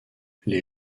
les